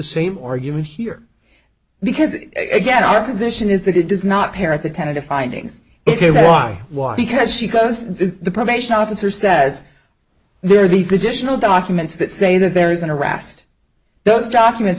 same argument here because again our position is that it does not parrot the tentative findings it is why why because she does it the probation officer says there are these additional documents that say that there isn't a rast those documents